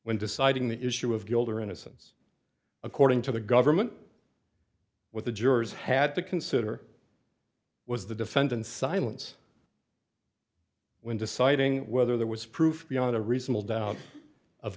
when deciding the issue of guilt or innocence according to the government with the jurors had to consider was the defendant silence when deciding whether there was proof beyond a reasonable doubt of